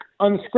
unscripted